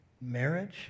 Marriage